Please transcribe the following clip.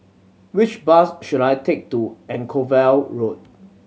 which bus should I take to Anchorvale Road